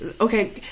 Okay